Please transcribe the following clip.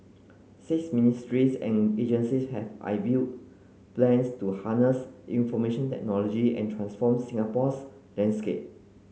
six ministries and agencies have unveil plans to harness information technology and transform Singapore's landscape